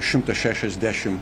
šimtas šešiasdešim